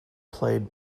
played